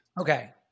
Okay